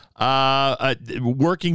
working